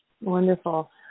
Wonderful